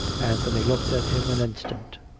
anthony looked at him an instant.